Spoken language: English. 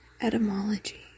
Etymology